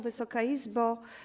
Wysoka Izbo!